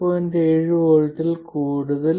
7 V ൽ കൂടുതൽ